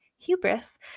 hubris